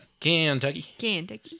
Kentucky